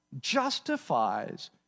justifies